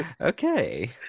Okay